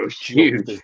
huge